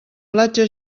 platja